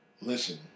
listen